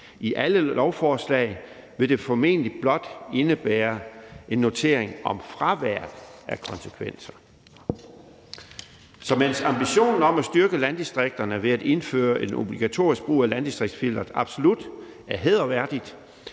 i alle lovforslag vil formentlig bare indebære en notering om fravær af konsekvenser. Så mens ambitionen om at styrke landdistrikterne ved at indføre en obligatorisk brug af landdistriktsfilteret absolut er hæderværdig,